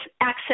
access